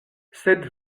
sed